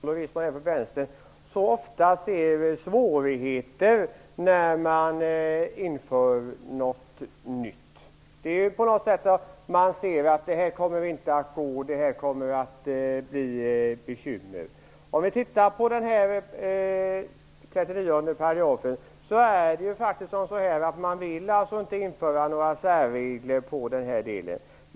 Herr talman! Jag är litet förvånad över att Socialdemokraterna och Vänstern så ofta ser svårigheter när något nytt införs. De säger att det inte kommer att gå, att det kommer att bli bekymmer. När det gäller 39 §, vill man inte införa några särregler i den här delen.